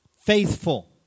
Faithful